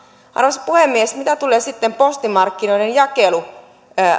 arvoisa puhemies mitä tulee sitten postimarkkinoiden